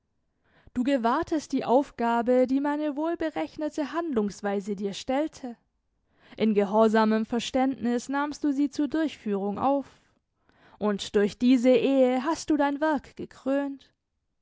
du gewahrtest die aufgabe die meine wohlberechnete handlungsweise dir stellte in gehorsamem verständnis nahmst du sie zur durchführung auf und durch diese ehe hast du dein werk gekrönt